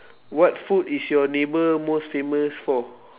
what food is your neighbour most famous for